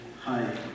hi